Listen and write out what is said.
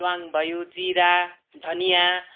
लवाङ भयो जिरा धनियाँ